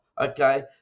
okay